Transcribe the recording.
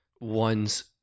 ones